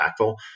impactful